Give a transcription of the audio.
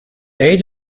age